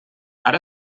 ara